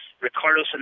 Ricardo